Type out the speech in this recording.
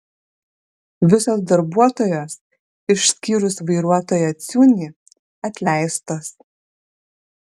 visos darbuotojos išskyrus vairuotoją ciūnį atleistos